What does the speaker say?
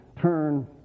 turn